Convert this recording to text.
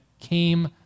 came